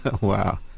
Wow